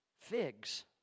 figs